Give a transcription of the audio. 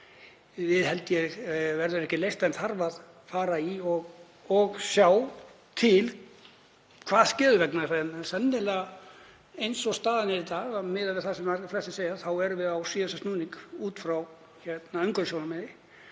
Það held ég að verði ekki leyst en þarf að fara í og sjá til hvað skeður vegna þess að sennilega, eins og staðan er í dag, og miðað við það sem flestir segja, erum við á síðasta snúning út frá umhverfissjónarmiði